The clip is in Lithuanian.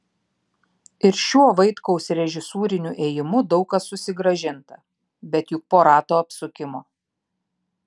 ir šiuo vaitkaus režisūriniu ėjimu daug kas susigrąžinta bet juk po rato apsukimo